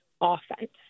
offense